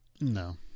No